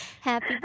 Happy